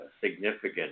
significant